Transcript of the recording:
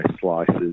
slices